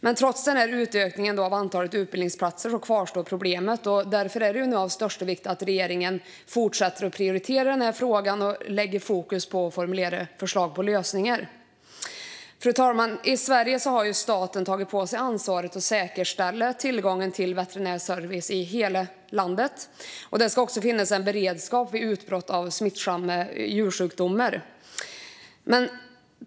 Men trots utökningen av antalet utbildningsplatser kvarstår problemet. Därför är det nu av största vikt att regeringen fortsätter att prioritera frågan och lägger fokus på att formulera förslag på lösningar. Fru talman! I Sverige har staten tagit på sig ansvaret att säkerställa tillgången till veterinärservice i hela landet. Det ska också finnas beredskap vid utbrott av smittsamma djursjukdomar.